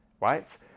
right